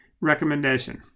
recommendation